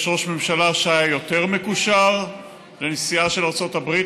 יש ראש ממשלה שהיה יותר מקושר לנשיאה של ארצות-הברית,